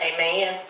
Amen